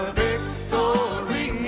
victory